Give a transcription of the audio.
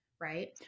Right